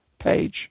page